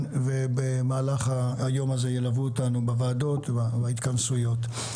ובמהלך היום הזה ילוו אותנו בוועדות ובהתכנסויות.